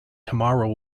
tomorrow